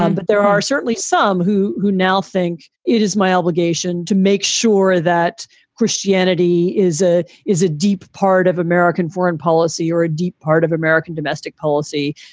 um but there are certainly some who who now think it is my obligation to make sure that christianity is a is a deep part of american foreign policy or a deep part of american domestic policy.